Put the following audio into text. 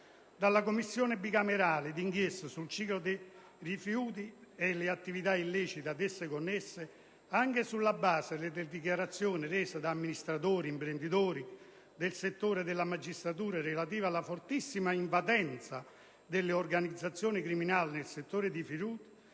della Commissione bicamerale di inchiesta sul ciclo dei rifiuti e le attività illecite ad esso connesse, anche sulla base delle dichiarazioni rese da amministratori, imprenditori del settore e magistrati relative alla fortissima invadenza delle organizzazioni criminali nel settore dei rifiuti